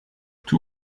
two